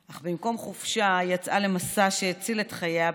אך במקום חופשה היא יצאה למסע שהציל את חייה,